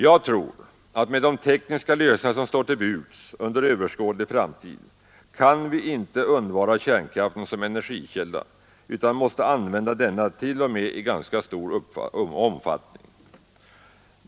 Jag tror att med de tekniska lösningar som står till buds under överskådlig framtid kan vi inte undvara kärnkraften som energikälla, utan vi måste använda den, t.o.m. i ganska stor omfattning.